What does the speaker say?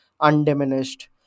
undiminished